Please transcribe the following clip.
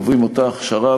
עוברים את אותה הכשרה